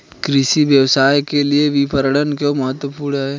कृषि व्यवसाय के लिए विपणन क्यों महत्वपूर्ण है?